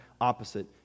opposite